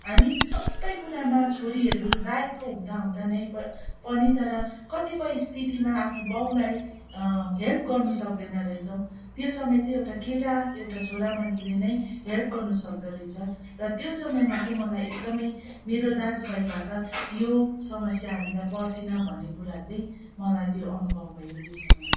हामी सबै कुरामा छोरीहरू लायकको हुँदाहुँदा नै प पनि तर कतिपय स्थितिमा आफ्नो बाउलाई हेल्प गर्न सक्दैन रहेछौँ त्यो समय चाहिँ एउटा केटा एउटा छोरा मान्छेले नै हेल्प गर्नु सक्दो रहेछ र त्यो समयमा चाहिँ मलाई एकदमै मेरो दाजुभाइ भए त मलाई यो समस्या हामीलाई पर्ने थिएन भन्ने कुरा चाहिँ मलाई त्यो अनुभव भयो त्यो समयमा